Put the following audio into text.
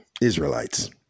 Israelites